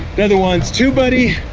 then the ones to buddy,